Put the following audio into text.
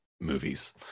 movies